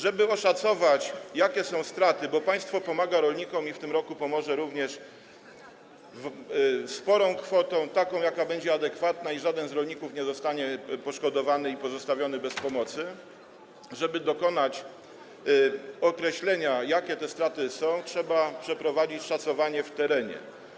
Żeby oszacować, jakie są straty, bo państwo pomaga rolnikom i w tym roku również pomoże sporą kwotą, taką, jaka będzie adekwatna, i żaden z rolników nie zostanie poszkodowany i pozostawiony bez pomocy, a więc żeby dokonać określenia, jakie te straty są, trzeba przeprowadzić szacowanie w terenie.